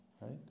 Right